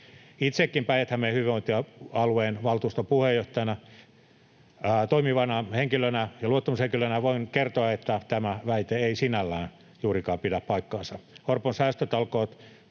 Itsekin Päijät-Hämeen hyvinvointialueen valtuuston puheenjohtajana toimivana henkilönä ja luottamushenkilönä voin kertoa, että tämä väite ei sinällään juurikaan pidä paikkaansa.